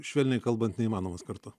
švelniai kalbant neįmanomas kartu